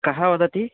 कः वदति